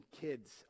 kids